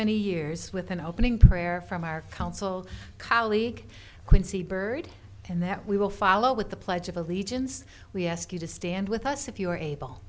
many years with an opening prayer from our council colleague quincy byrd and that we will follow with the pledge of allegiance we ask you to stand with us if you are able